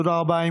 תודה רבה.